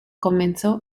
comenzó